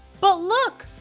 but look!